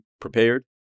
prepared